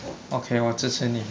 okay 我支持你